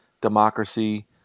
democracy